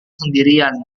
sendirian